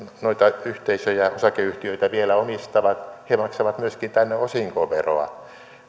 noita yhteisöjä osakeyhtiöitä vielä omistavat he maksavat myöskin tänne osinkoveroa